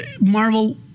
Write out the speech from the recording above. Marvel